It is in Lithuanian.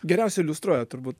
geriausiai iliustruoja turbūt